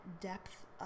depth